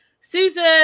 susan